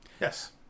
yes